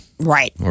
Right